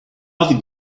other